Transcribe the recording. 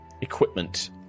equipment